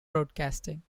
broadcasting